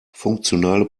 funktionale